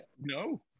no